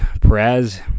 Perez